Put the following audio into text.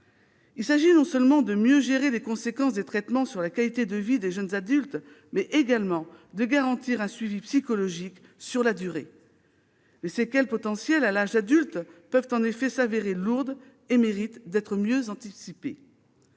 Il s'agit non seulement de mieux gérer les conséquences des traitements sur la qualité de vie des jeunes adultes, mais également de garantir un suivi psychologique sur la durée. Les séquelles potentielles à l'âge adulte peuvent en effet se révéler lourdes et méritent d'être mieux anticipées